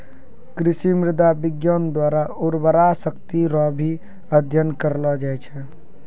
कृषि मृदा विज्ञान द्वारा उर्वरा शक्ति रो भी अध्ययन करलो जाय छै